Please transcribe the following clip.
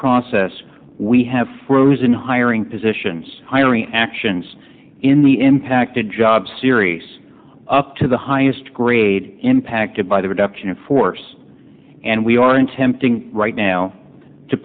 process we have been hiring positions hiring actions in the impacted job series up to the highest grade impacted by the reduction in force and we are in tempting right now to